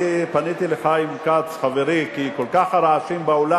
אני פניתי לחיים כץ חברי כי כל כך הרעשים באולם,